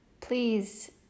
please